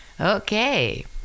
Okay